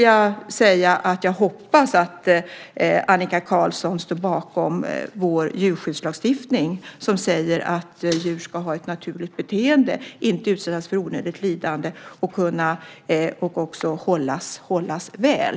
Jag hoppas att Annika Qarlsson står bakom vår djurskyddslagstiftning som säger att djur ska ha rätt till att utöva ett naturligt beteende, inte utsättas för onödigt lidande och hållas väl.